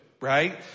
Right